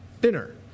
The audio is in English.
dinner